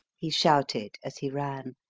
he shouted as he ran.